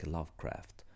Lovecraft